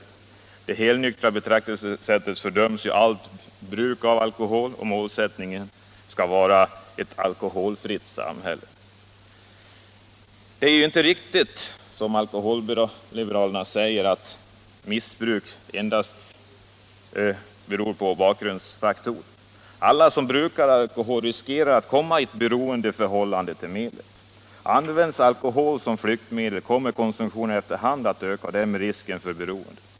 I det helnyktra betraktelsesättet fördöms allt bruk av alkohol, och målsättningen är ett alkoholfritt samhälle. Det är inte riktigt, som alkoholliberalerna säger, att missbruk endast beror på bakgrundsfaktorer. Alla som brukar alkohol riskerar att komma in i ett beroendeförhållande till medlet. Används alkohol som flyktmedel kommer konsumtionen efter hand att öka och därmed risken för beroende.